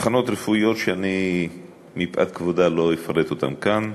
אבחנות רפואיות שמפאת כבודה אני לא אפרט אותן כאן.